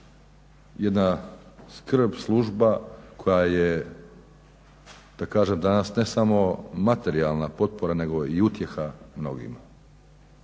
jedna skrb, služba koja je, da kažem danas ne samo materijalna potpora nego i utjeha mnogima.